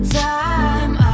time